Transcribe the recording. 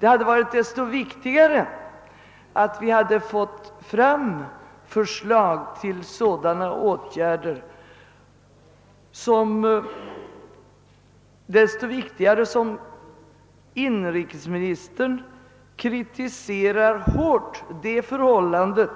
Det hade varit desto viktigare att vi hade fått förslag till sådana åtgärder framlagda som ju inrikesministern hårt kritiserar det förhållandet